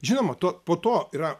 žinoma to po to yra